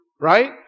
right